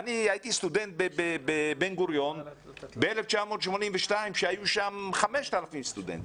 הייתי סטודנט בבן גוריון ב-1982 כשהיו שם 5,000 סטודנטים.